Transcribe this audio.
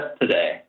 today